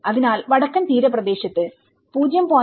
അതിനാൽ വടക്കൻ തീരപ്രദേശത്ത് 0